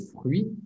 fruits